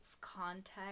Context